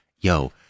yo